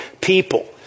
people